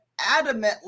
adamantly